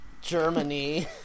Germany